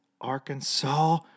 Arkansas